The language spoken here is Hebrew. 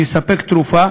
שיספק תרופה